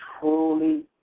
truly